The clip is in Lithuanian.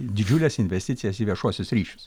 didžiules investicijas į viešuosius ryšius